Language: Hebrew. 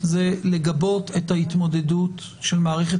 זה לגבות את ההתמודדות של מערכת